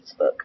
Facebook